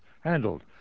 handled